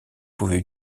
pouvait